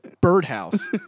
birdhouse